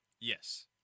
Yes